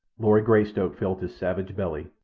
lord greystoke filled his savage belly,